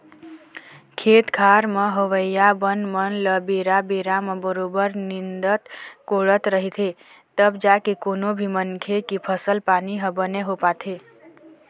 खेत खार म होवइया बन मन ल बेरा बेरा म बरोबर निंदत कोड़त रहिथे तब जाके कोनो भी मनखे के फसल पानी ह बने हो पाथे